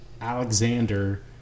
Alexander